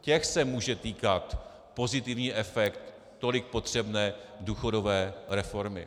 Těch se může týkat pozitivní efekt tolik potřebné důchodové reformy.